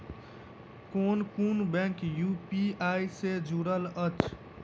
केँ कुन bank UPI सँ जुड़ल अछि?